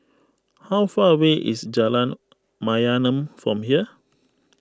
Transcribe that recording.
how far away is Jalan Mayaanam from here